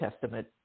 Testament